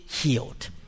healed